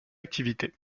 activité